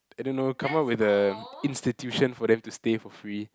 I don't know come up with a institution for them to stay for free